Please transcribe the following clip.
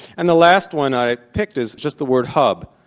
and the last one i picked is just the word hub.